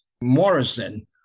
Morrison